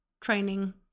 training